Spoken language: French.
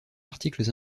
articles